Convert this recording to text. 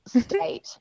state